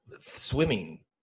swimming